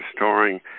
restoring